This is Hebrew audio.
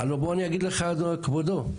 כבודו,